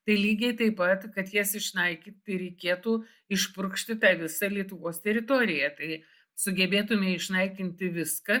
tai lygiai taip pat kad jas išnaikinti reikėtų išpurkšti tą visą lietuvos teritoriją tai sugebėtume išnaikinti viską